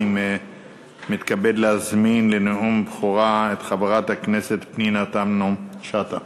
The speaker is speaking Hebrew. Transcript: אני מתכבד להזמין לנאום בכורה את חברת הכנסת פנינה תמנו-שטה.